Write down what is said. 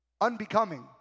unbecoming